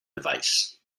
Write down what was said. device